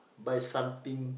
buy something